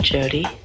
Jody